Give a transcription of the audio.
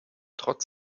trotz